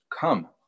come